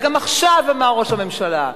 וגם עכשיו אמר ראש הממשלה: